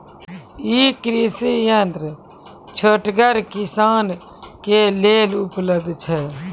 ई कृषि यंत्र छोटगर किसानक लेल उपलव्ध छै?